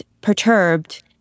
perturbed